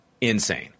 Insane